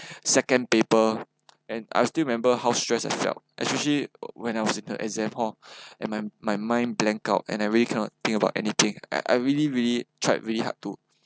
second paper and I still remember how stress I felt especially when I was in the exam hall and my my mind blank out and I really cannot think about anything I I really really tried very hard to